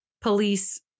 police